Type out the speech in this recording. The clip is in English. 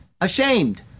ashamed